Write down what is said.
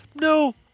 no